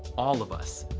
all of us.